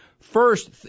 First